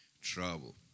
trouble